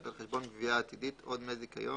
על חשבון גבייה עתידית או דמי זיכיון,